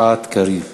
יפעת קריב.